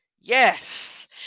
Yes